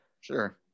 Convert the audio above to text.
sure